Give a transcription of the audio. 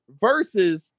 versus